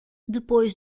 depois